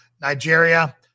Nigeria